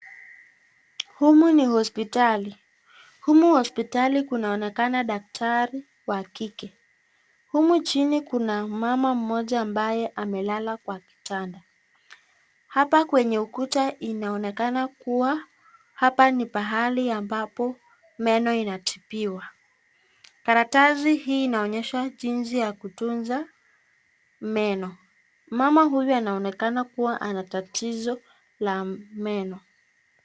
Humu ni hospitali ,humu hospitalini kunaonekana daktari wa kike ,humu chini kuna mama mmoja ambaye amelala kwa kitanda, hapa kwenye ukuta inaonekana kuwa hapa ni pahali ambapo meno inatibiwa , karatasi hii inaonyesha jinsi ya kutunza meno. Mama huyu anaonekana kuwa ana tatizo la meno.